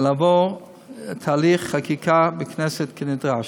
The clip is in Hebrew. ולעבור תהליך חקיקה בכנסת כנדרש.